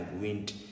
wind